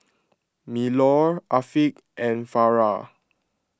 Melur Afiq and Farah